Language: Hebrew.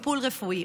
טיפול רפואי,